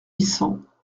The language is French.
vicens